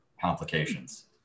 complications